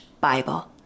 Bible